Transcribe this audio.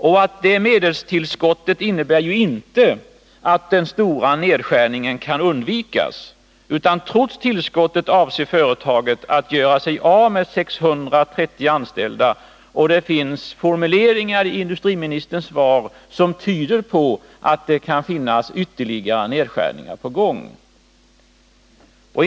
Och det medelstillskottet innebär ju inte att den stora nedskärningen kan undvikas. Trots tillskottet avser företaget att göra sig av med 630 anställda, och det finns formuleringar i industriministerns svar som tyder på att ytterligare nedskärningar kan vara på gång.